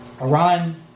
Iran